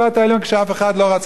כשאף אחד לא רוצה לעלות,